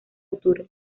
futuro